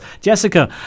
Jessica